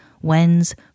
whens